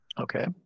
Okay